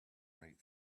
right